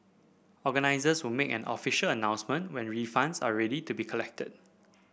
organisers will make an official announcement when refunds are ready to be collected